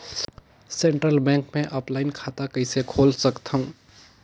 Central bank मे offline खाता कइसे खोल सकथव?